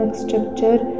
structure